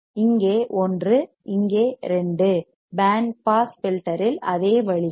இங்கே 1 இங்கே 2 band pass filter இல் அதே வழிகள்